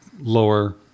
lower